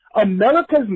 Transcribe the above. America's